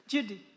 Judy